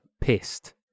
pissed